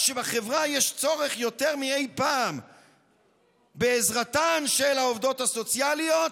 כשבחברה יש צורך יותר מאי פעם בעזרתן של העובדות הסוציאליות,